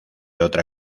otra